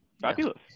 fabulous